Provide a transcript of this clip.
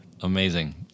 Amazing